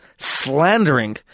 slandering